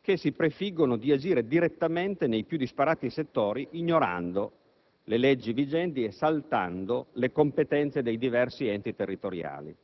che si prefiggono di agire direttamente nei più disparati settori, ignorando le leggi vigenti e saltando le competenze dei diversi enti territoriali.